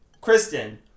Kristen